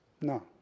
No